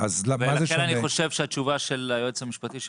ולכן אני חושב שהתשובה של היועץ המשפטי של